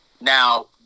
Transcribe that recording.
Now